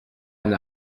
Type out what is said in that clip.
n’a